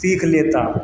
सीख लेता हूँ